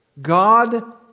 God